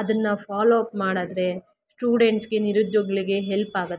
ಅದನ್ನು follow up ಮಾಡಿದ್ರೆ ಸ್ಟೂಡೆಂಟ್ಸ್ಗೆ ನಿರುದ್ಯೋಗಿಗಳ್ಗೆ ಹೆಲ್ಪಾಗುತ್ತೆ